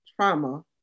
trauma